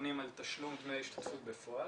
נתונים על תשלום דמי השתתפות בפועל,